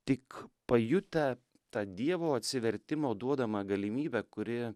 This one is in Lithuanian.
tik pajutę tą dievo atsivertimo duodamą galimybę kuri